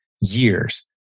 years